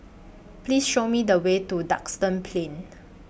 Please Show Me The Way to Duxton Plain